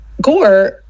Gore